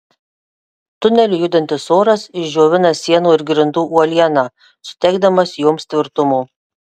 tuneliu judantis oras išdžiovina sienų ir grindų uolieną suteikdamas joms tvirtumo